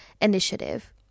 Initiative